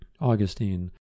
Augustine